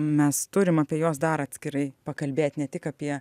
mes turim apie juos dar atskirai pakalbėt ne tik apie